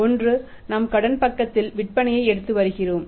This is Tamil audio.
ஒன்று நாம் கடன் பக்கத்தில் விற்பனையை எடுத்து வருகிறோம்